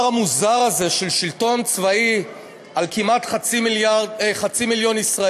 המוזר הזה של שלטון צבאי על כמעט חצי מיליון ישראלים.